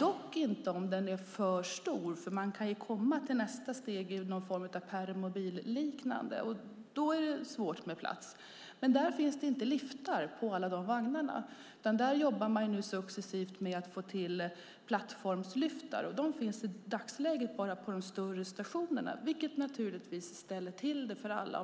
men inte om den är för stor. Det finns ju sådana som är närmast permobilliknande, och då är det svårt med plats. Alla de vagnarna har dock inte liftar, utan där jobbar man successivt med att få till plattformsliftar. De finns i dagsläget bara på de större stationerna, vilket naturligtvis ställer till det för alla.